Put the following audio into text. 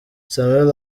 samuel